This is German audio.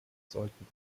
sollten